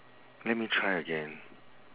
let me try again